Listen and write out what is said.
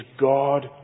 God